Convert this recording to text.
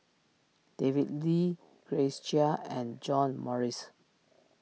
David Lee Grace Chia and John Morrice